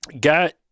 got